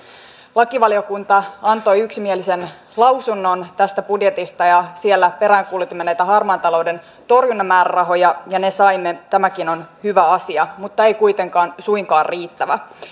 lakivaliokunta antoi yksimielisen lausunnon tästä budjetista ja siellä peräänkuulutimme näitä harmaan talouden torjunnan määrärahoja ja ne saimme tämäkin on hyvä asia mutta ei kuitenkaan suinkaan riittävä